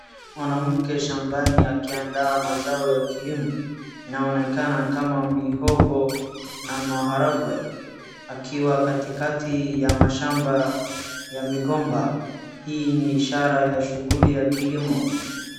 Mwanamke shambani akiandaa mazao ya kulimo. Inaonekana ni kama mihogo na maharagwe akiwa katikati ya mashamba ya migomba. Hii ni ishara ya shughuli ya kilimo.